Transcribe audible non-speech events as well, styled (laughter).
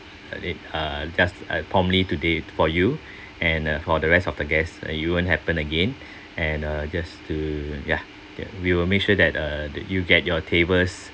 uh just uh promptly today for you and uh for the rest of the guest it won't happen again (breath) and uh just to ya ya we will make sure that uh that you get your tables